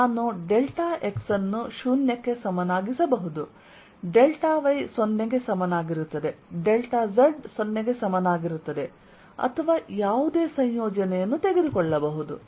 ನಾನು delta x ಅನ್ನು 0 ಕ್ಕೆ ಸಮನಾಗಿಸಬಹುದು ಡೆಲ್ಟಾ y 0 ಗೆ ಸಮನಾಗಿರುತ್ತದೆ ಡೆಲ್ಟಾ z 0 ಗೆ ಸಮನಾಗಿರುತ್ತದೆ ಅಥವಾ ಯಾವುದೇ ಸಂಯೋಜನೆಯನ್ನು ತೆಗೆದುಕೊಳ್ಳಬಹುದು